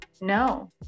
No